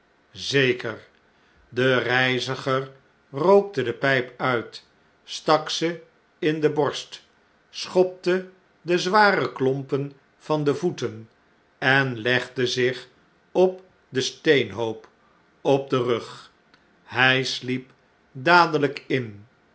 zeker de reiziger rookte de pijp uit stak ze in de borst schopte de zware klompen van de voeten en legde zich op den steenhoop op den rug hjj sliep dadelp in